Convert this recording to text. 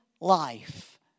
life